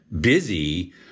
busy